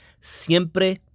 Siempre